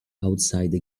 outside